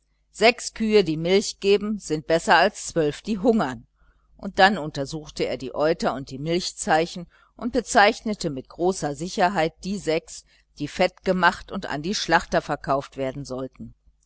sechs kühe die milch geben sind besser als zwölf die hungern und dann untersuchte er die euter und die milchzeichen und bezeichnete mit großer sicherheit die sechs die fett gemacht und an die schlachter verkauft werden sollten